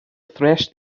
thresh